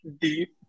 deep